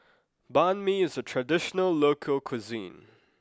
Banh Mi is a traditional local cuisine